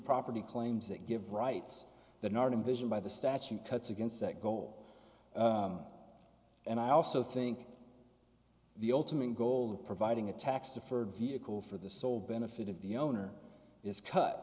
property claims that give rights the norden vision by the statute cuts against that goal and i also think the ultimate goal of providing a tax deferred vehicle for the sole benefit of the owner is cut